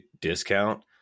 discount